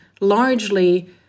largely